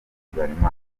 habyarimana